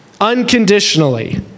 unconditionally